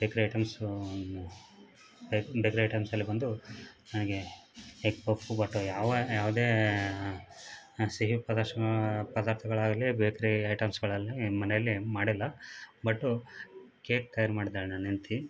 ಬೇಕ್ರಿ items bakery ಐಟೆಮ್ಸೆಲ್ಲ ಬಂದು ನನಗೆ ಎಗ್ ಪಫ್ಸು ಬಟ್ ಯಾವ ಯಾವುದೇ ಸಿಹಿ ಪದಾರ್ಥ ಪದಾರ್ಥಗಳಾಗಲಿ ಬೇಕ್ರಿ ಐಟಮ್ಸ್ಗಳಾಲಿ ಮನೆಲ್ಲಿ ಮಾಡಿಲ್ಲ ಬಟ್ಟು ಕೇಕ್ ತಯಾರು ಮಾಡಿದಾಳೆ ನನ್ನ ಹೆಂಡ್ತಿ